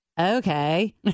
Okay